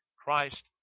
Christ